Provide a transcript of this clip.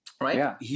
right